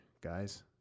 guys